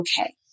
okay